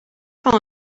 van